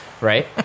right